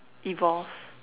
evolves